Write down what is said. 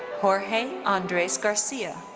jorge andres garcia.